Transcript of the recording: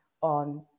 on